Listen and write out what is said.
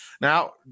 Now